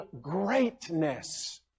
greatness